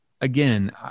again